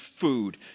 food